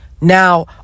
Now